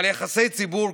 אבל יחסי ציבור,